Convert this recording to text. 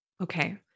Okay